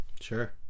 Sure